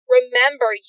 Remember